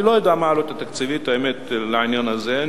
אני לא יודע מה העלות התקציבית של העניין הזה.